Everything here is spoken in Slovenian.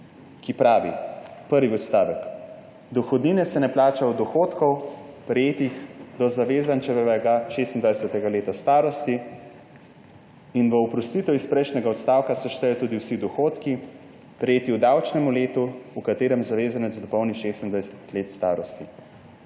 ki pravi, prvi odstavek: »Dohodnine se ne plača od dohodkov, prejetih do zavezančevega 26. leta starosti in v oprostitev iz prejšnjega odstavka se štejejo tudi vsi dohodki, prejeti v davčnemu letu, v katerem zavezanec dopolni 26 let starosti.«